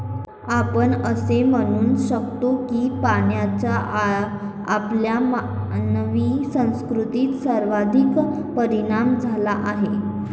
आपण असे म्हणू शकतो की पाण्याचा आपल्या मानवी संस्कृतीवर सर्वाधिक परिणाम झाला आहे